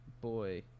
Boy